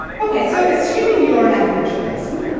ok, so assuming you're an average person,